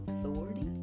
authority